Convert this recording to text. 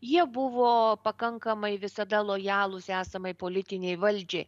jie buvo pakankamai visada lojalūs esamai politinei valdžiai